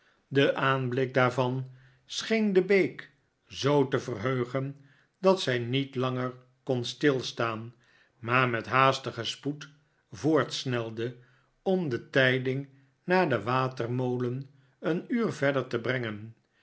de aanblik daarvan ee'n vroolijke reisgenoot scheen de beek zoo te verheugen dat zij niet langer kon stilstaan maar met haastigen spoed voortsnelde om de tijding naar den watermolen een uur verder te brengen